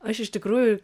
aš iš tikrųjų